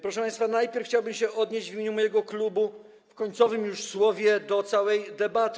Proszę państwa, najpierw chciałbym się odnieść w imieniu mojego klubu w końcowym już słowie do całej debaty.